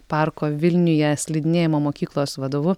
parko vilniuje slidinėjimo mokyklos vadovu